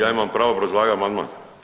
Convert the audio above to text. Ja imam pravo obrazlagati amandman.